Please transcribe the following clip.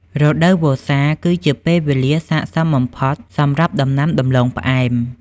រដូវវស្សា គឺជាពេលវេលាស័ក្តិសមបំផុតសម្រាប់ដំណាំដំឡូងផ្អែម។